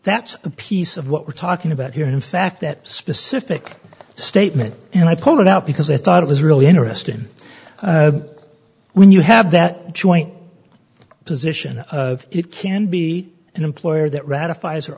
that's a piece of what we're talking about here in fact that specific statement and i pulled it out because i thought it was really interesting when you have that joint position of it can be an employer that ratifies or